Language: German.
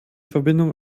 verbindung